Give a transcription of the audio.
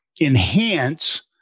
enhance